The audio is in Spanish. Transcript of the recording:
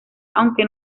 aunque